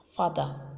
father